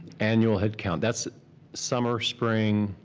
annual headcount, that's summer, spring,